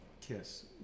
kiss